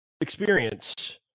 experience